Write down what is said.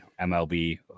MLB